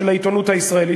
של העיתונות הישראלית,